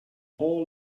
all